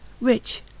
rich